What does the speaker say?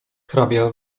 hrabia